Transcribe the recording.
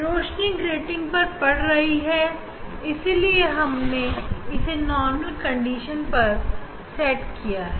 रोशनी grating पर पड़ रही है इसलिए हमने इसे नॉरमल कंडीशन पर सेट किया है